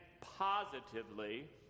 positively